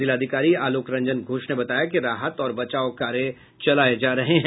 जिलाधिकारी आलोक रंजन घोष ने बताया कि राहत और बचाव कार्य चलाये जा रहे हैं